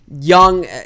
Young